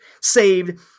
saved